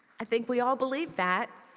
i think we all believe that.